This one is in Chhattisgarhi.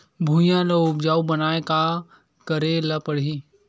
भुइयां ल उपजाऊ बनाये का करे ल पड़ही?